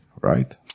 right